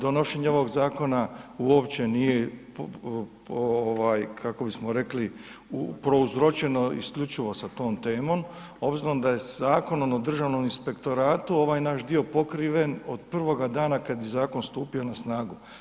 Donošenje ovog zakona uopće nije, kako bismo rekli, prouzročeno isključivo sa tom temom, obzirom da je Zakonom o državnom inspektoratom ovaj naš dio pokriven od prvoga dana kad je zakon stupio na snagu.